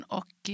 och